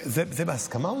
זה בהסכמה?